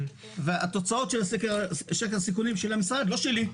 תוצאות סקר הסיכונים של המשרד, לא שלי,